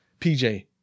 PJ